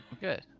Good